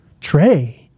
Trey